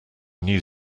new